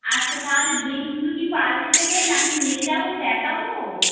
আচ্ছা তাহলে ডিম দুটো কি পাল্টে দেবেন আমি নিয়ে যাবো দেখাবো